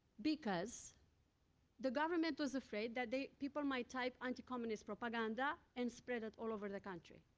because the government was afraid that they people might type anti-communist propaganda and spread it all over the country.